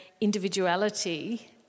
individuality